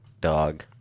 dog